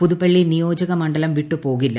പുതുപ്പള്ളി നിയോജക മണ്ഡലം വിട്ടുപോകില്ല